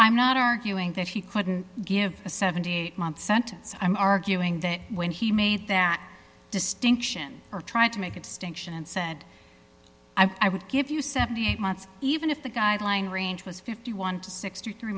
i'm not arguing that he couldn't give a seventy eight month sentence i'm arguing that when he made that distinction or trying to make a distinction and said i would give you seventy eight months even if the guideline range was fifty one to sixty three